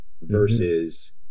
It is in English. versus